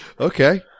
Okay